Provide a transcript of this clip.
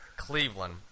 Cleveland